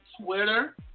Twitter